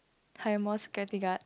hire more security guards